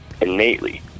innately